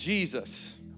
Jesus